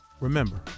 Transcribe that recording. Remember